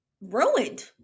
ruined